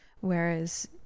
whereas